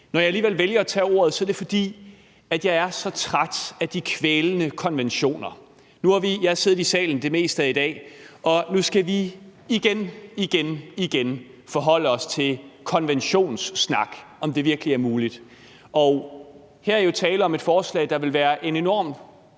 Når jeg alligevel vælger at tage ordet, er det, fordi jeg er så træt af de kvælende konventioner. Jeg har siddet i salen det meste af i dag, og nu skal vi igen – igen, igen – forholde os til konventionssnak; om det virkelig er muligt. Her er jo tale om et forslag, der vil være en enormt